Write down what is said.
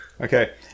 Okay